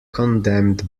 condemned